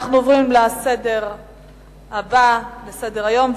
אנחנו עוברים לנושא הבא בסדר-היום,